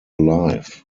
life